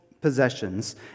possessions